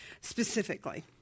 specifically